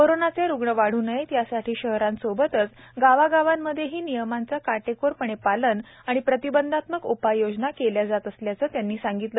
कोरोनाचे रुग्ण वाढू नयेत यासाठी शहरांसोबतच गावागावांमधेही नियमांचं काटेकोरपणे पालन आणि प्रतिबंधात्मक उपाययोजना केल्या जात असल्याचं त्यांनी सांगितलं